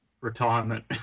retirement